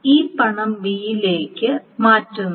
ഈ പണം ബിയിലേക്ക് മാറ്റുന്നു